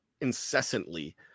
incessantly